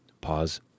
pause